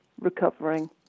recovering